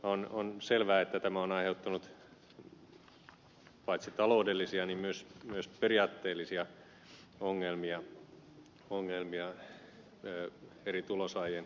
on selvää että tämä on aiheuttanut paitsi taloudellisia myös periaatteellisia ongelmia eri tulonsaajien ja eläkkeensaajien välille